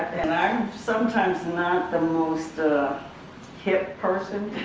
and i'm sometimes not the most ah hip person,